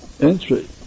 entry